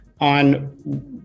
on